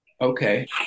Okay